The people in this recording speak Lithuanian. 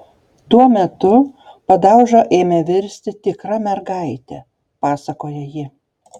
tuo metu padauža ėmė virsti tikra mergaite pasakoja ji